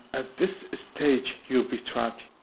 at this stage, you'll be trapped.